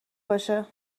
باشه